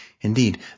Indeed